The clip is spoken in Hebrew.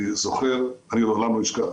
אני זוכר, לעולם לא אשכח,